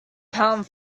pound